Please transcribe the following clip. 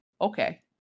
okay